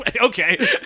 Okay